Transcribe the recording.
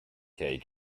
cake